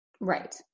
Right